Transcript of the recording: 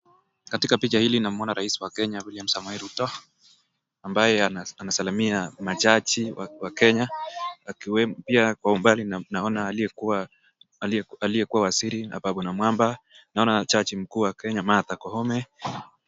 Katika picha hili namuona rais wa Kenya William Samoei Ruto, ambaye anasalamia majaji wa Kenya akiwemo pia kwa umbali aliyekuwa waziri Ababu Namabwa, naona jaji mkuu Martha Koome.